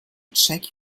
check